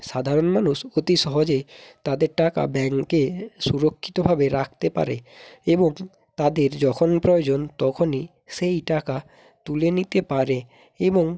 সাধারণ মানুষ অতি সহজে তাদের টাকা ব্যাঙ্কে সুরক্ষিতভাবে রাখতে পারে এবং তাদের যখন প্রয়োজন তখনই সেই টাকা তুলে নিতে পারে এবং